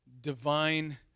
divine